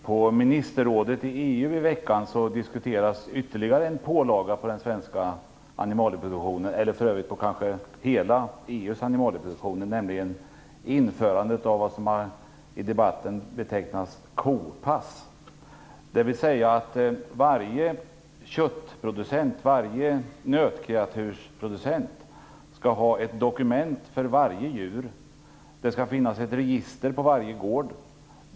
På EU:s ministerrådsmöte i veckan diskuterades ytterligare en pålaga på den svenska animalieproduktionen, eller för övrigt kanske på hela EU:s animalieproduktion, nämligen införandet av vad som i debatten har betecknats som kopass, dvs. att varje nötkreatursproducent skall ha ett dokument för varje djur. Det skall finnas ett register på varje gård.